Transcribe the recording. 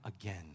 again